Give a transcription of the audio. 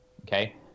okay